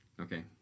Okay